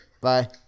Bye